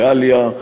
לעאליה.